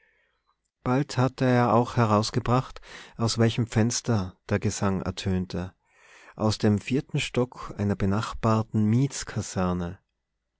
bald hatte er auch herausgebracht aus welchem fenster der gesang ertönte aus dem vierten stock einer benachbarten